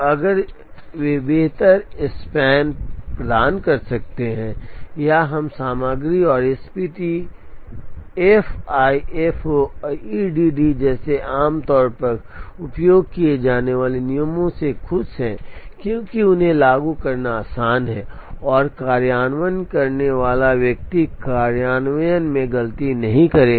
अगर वे बेहतर स्पान प्रदान कर सकते हैं या हम सामग्री और एसपीटी एफआईएफओ और ईडीडी जैसे आमतौर पर उपयोग किए जाने वाले नियमों से खुश हैं क्योंकि उन्हें लागू करना आसान है और कार्यान्वयन करने वाला व्यक्ति कार्यान्वयन में गलती नहीं करेगा